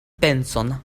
penson